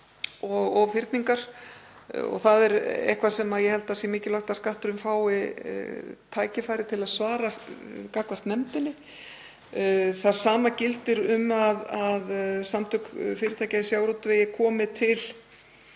og fyrningar. Það er eitthvað sem ég held að sé mikilvægt að Skatturinn fái tækifæri til að svara gagnvart nefndinni. Það sama gildir um að Samtök fyrirtækja í sjávarútvegi komi til